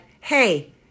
hey